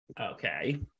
Okay